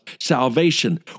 salvation